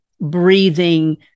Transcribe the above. breathing